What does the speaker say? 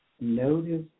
notice